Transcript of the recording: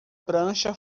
prancha